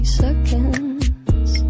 seconds